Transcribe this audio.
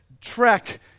trek